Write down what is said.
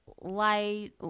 light